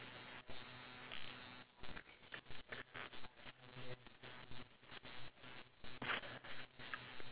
then so I plan to like vlog for day one and then when I reach the hotel I'm going to edit on the spot